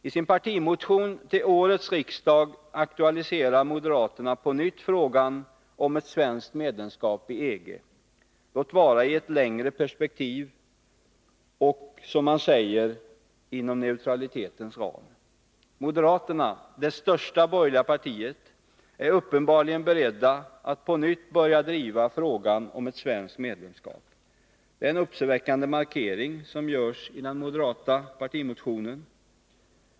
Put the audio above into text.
I sin partimotion till årets riksdag aktualiserar moderaterna på nytt frågan om ett svenskt medlemskap i EG, låt vara i ett längre perspektiv och som man säger ”inom neutralitetens ram”. Moderaterna, det största borgerliga partiet, är uppenbarligen berett att på nytt börja driva frågan om ett svenskt medlemskap. Det är en uppseendeväckande markering i den moderata partimotionen.